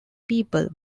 people